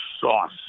sauce